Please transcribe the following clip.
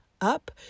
Up